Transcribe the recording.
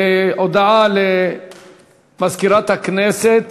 הודעה למזכירת הכנסת.